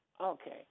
Okay